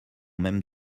même